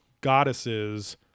goddesses –